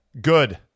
good